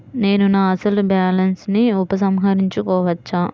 నేను నా అసలు బాలన్స్ ని ఉపసంహరించుకోవచ్చా?